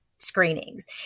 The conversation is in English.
Screenings